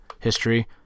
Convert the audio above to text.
history